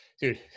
dude